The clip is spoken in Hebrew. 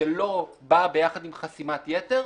שלא באה ביחד עם חסימת יתר,